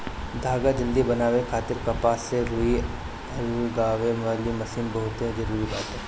धागा जल्दी बनावे खातिर कपास से रुई अलगावे वाली मशीन बहुते जरूरी बाटे